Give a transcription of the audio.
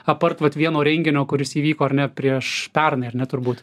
apart vat vieno renginio kuris įvyko ne prieš pernai ar ne turbūt